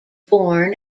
born